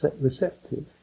receptive